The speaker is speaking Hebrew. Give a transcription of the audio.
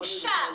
בוקשה.